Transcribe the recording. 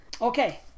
Okay